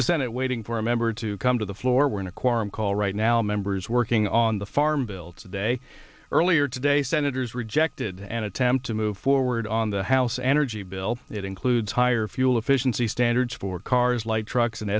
the senate waiting for a member to come to the floor we're in a quorum call right now members working on the farm bill today earlier today senators rejected an attempt to move forward on the house energy bill that includes higher fuel efficiency standards for cars light trucks and